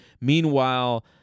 Meanwhile